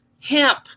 Hemp